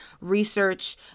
research